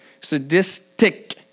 Sadistic